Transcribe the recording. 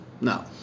No